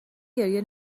گریه